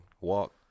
walk